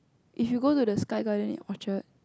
if you go to the Sky-Garden Orchard